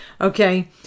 Okay